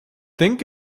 think